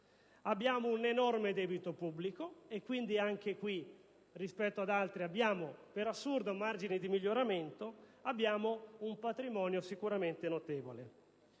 Abbiamo un enorme debito pubblico e, quindi, rispetto ad altri, abbiamo - per assurdo - un margine di miglioramento. Abbiamo un patrimonio sicuramente notevole.